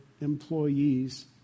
employees